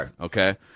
Okay